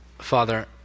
Father